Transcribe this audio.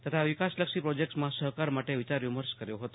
તથા વિકાસલક્ષી પ્રોજેક્ટમાં સહકાર માટે વિચાર વિમર્શ કર્યો હતો